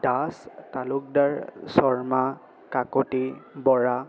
Das Talukdar Sharma Kakati Bora